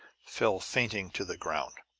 fell fainting to the ground.